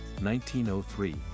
1903